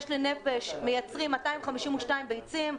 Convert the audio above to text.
מייצרים 252 ביצים --- לא,